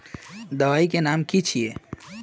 दबाई के नाम की छिए?